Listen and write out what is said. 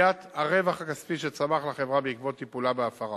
מניעת הרווח הכספי שצמח לחברה בעקבות טיפולה בהפרה.